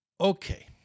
Okay